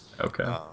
Okay